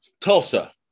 Tulsa